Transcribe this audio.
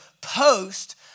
post